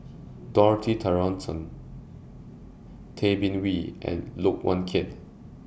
Dorothy Tessensohn Tay Bin Wee and Look Yan Kit